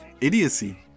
idiocy